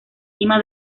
cima